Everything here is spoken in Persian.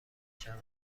شود